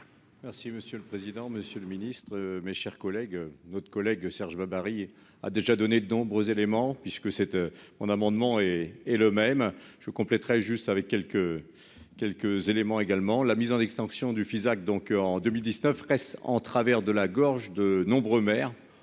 Merci monsieur le président, monsieur le ministre, mes chers collègues, notre collègue Serge Babary a déjà donné de nombreux éléments puisque cette mon amendement est le même : je compléterai juste avec quelques quelques éléments également la mise en extinction du Fisac donc en 2019 reste en travers de la gorge, de nombreux maires,